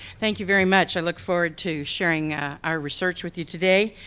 thank you very much. i look forward to sharing our research with you today.